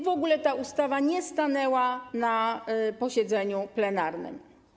W ogóle ta ustawa nie stanęła na posiedzeniu plenarnym.